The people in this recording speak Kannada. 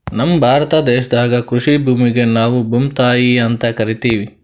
ನಮ್ ಭಾರತ ದೇಶದಾಗ್ ಕೃಷಿ ಭೂಮಿಗ್ ನಾವ್ ಭೂಮ್ತಾಯಿ ಅಂತಾ ಕರಿತಿವ್